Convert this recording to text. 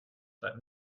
but